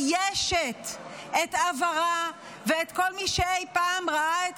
מביישת את עברה ואת כל מי שאי פעם ראה את